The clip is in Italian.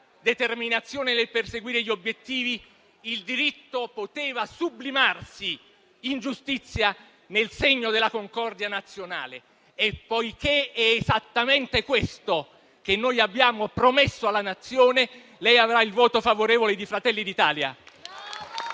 determinazione nel perseguire gli obiettivi - il diritto poteva sublimarsi in giustizia nel segno della concordia nazionale. Poiché è esattamente questo che noi abbiamo promesso alla Nazione, lei avrà il voto favorevole di Fratelli d'Italia.